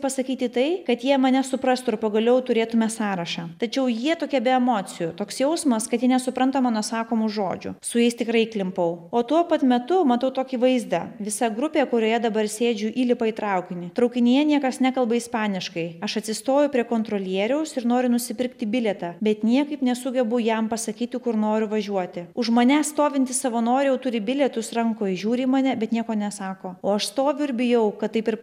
pasakyti tai kad jie mane suprastų ir pagaliau turėtume sąrašą tačiau jie tokie be emocijų toks jausmas kad jie nesupranta mano sakomų žodžių su jais tikrai įklimpau o tuo pat metu matau tokį vaizdą visa grupė kurioje dabar sėdžiu įlipa į traukinį traukinyje niekas nekalba ispaniškai aš atsistoju prie kontrolieriaus ir noriu nusipirkti bilietą bet niekaip nesugebu jam pasakyti kur noriu važiuoti už manęs stovintys savanoriai jau turi bilietus rankoj žiūri į mane bet nieko nesako o aš stoviu ir bijau kad taip ir